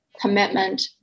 commitment